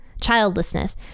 childlessness